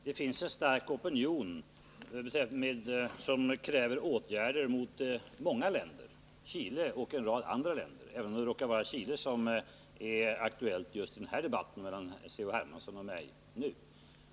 Herr talman! Det finns en stark opinion som kräver åtgärder mot många länder, Chile och en rad andra, även om det råkar vara Chile som är aktuellt just i den här debatten mellan C.-H. Hermansson och mig.